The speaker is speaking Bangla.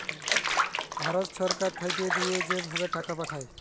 ভারত ছরকার থ্যাইকে দিঁয়া যে ভাবে টাকা পাঠায়